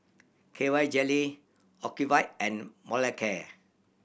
K Y Jelly Ocuvite and Molicare